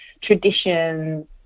traditions